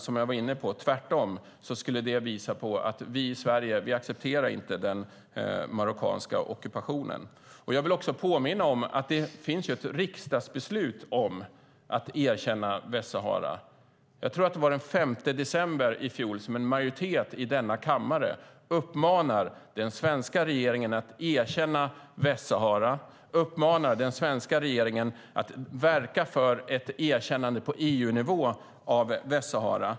Som jag var inne på skulle det tvärtom visa på att vi i Sverige inte accepterar den marockanska ockupationen. Jag vill också påminna om att det finns ett riksdagsbeslut om att erkänna Västsahara. Jag tror att det var den 5 december i fjol som en majoritet i denna kammare uppmanade den svenska regeringen att erkänna Västsahara och på EU-nivå verka för ett erkännande av Västsahara.